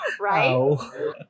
Right